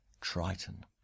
Triton